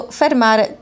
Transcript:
fermare